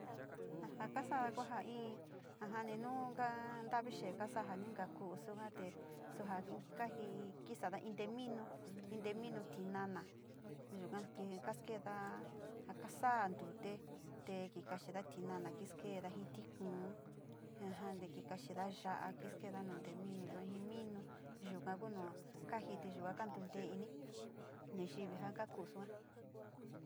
Ja kasa´a ku ja in, jajani nu nkaa tovi xee kasa´a ja ni ka ku´u yuga te suu ja kaji isada in te minu, in tee minu tinana yuka ka skeeda ja kasa´a ntute te ki kaxida tinana ja kiskeeda tikiuun te ki kaxida ya´a skeeda nu teminu yua ji minu yuka ku nu kaji´ide yua kantuntee ini nayivi ja ka ku´u sua.